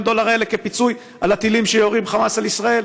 דולר האלה כפיצוי על הטילים שיורים חמאס על ישראל?